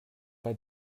pas